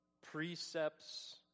precepts